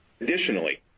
Additionally